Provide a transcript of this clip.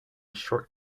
short